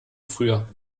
früher